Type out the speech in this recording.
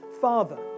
father